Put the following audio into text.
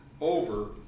over